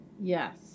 Yes